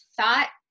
thought